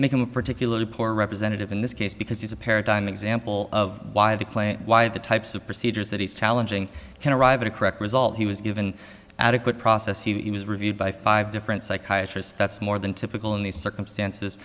make him a particularly poor representative in this case because he's a paradigm example of why the claim why the types of procedures that he's challenging can arrive at a correct result he was given adequate process he was reviewed by five different psychiatry's that's more than typical in these circumstances